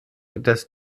dass